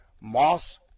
Moss